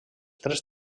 tres